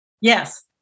Yes